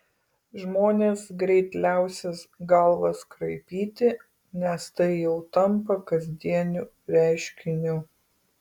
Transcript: žmonės greit liausis galvas kraipyti nes tai jau tampa kasdieniu reiškiniu